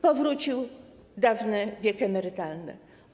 Powrócił dawny wiek emerytalny.